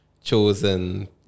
chosen